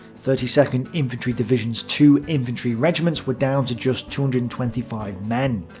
thirty second infantry division's two infantry regiments were down to just two hundred and twenty five men.